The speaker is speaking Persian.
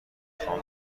خوام